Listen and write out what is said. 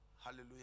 Hallelujah